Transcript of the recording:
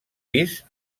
vists